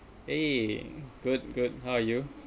hey good good how are you